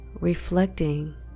Reflecting